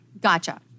gotcha